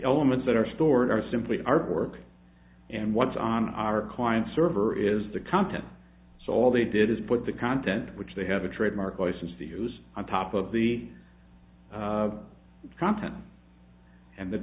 elements that are stored are simply artwork and what's on our client server is the content so all they did is put the content which they have a trademark license to use on top of the content and that